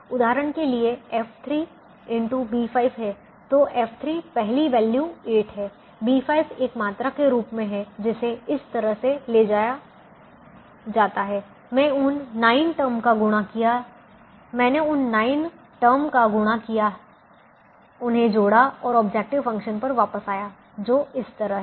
उदाहरण के लिए F3 x B5 है तो F3 पहली वैल्यू 8 है B5 एक मात्रा के रूप में है जिसे इस तरह से ले जाया जाता है मैंने उन 9 टर्म का गुणा किया उन्हें जोड़ा और ऑब्जेक्टिव फ़ंक्शन पर वापस आया जो इस तरह है